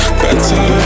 better